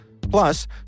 Plus